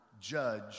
judge